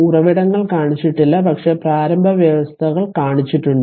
ഉറവിടങ്ങൾ കാണിച്ചിട്ടില്ല പക്ഷേ പ്രാരംഭ വ്യവസ്ഥകൾ കാണിച്ചിട്ടുണ്ട്